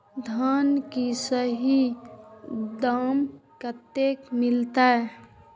धान की सही दाम कते मिलते?